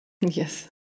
yes